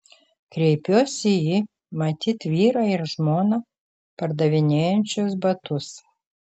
kreipiuosi į matyt vyrą ir žmoną pardavinėjančius batus